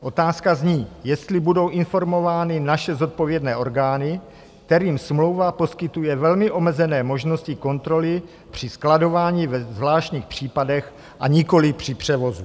Otázka zní, jestli budou informovány naše zodpovědné orgány, kterým smlouva poskytuje velmi omezené možnosti kontroly při skladování ve zvláštních případech a nikoliv při převozu.